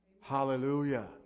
Hallelujah